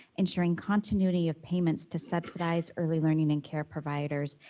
ensuring continuity of payments to subsidized early learning and care providers,